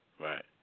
Right